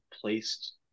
placed